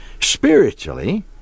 Spiritually